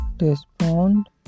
respond